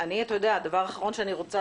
הדבר האחרון שאני רוצה